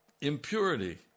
Impurity